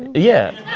yeah.